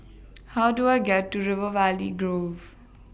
How Do I get to River Valley Grove